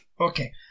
Okay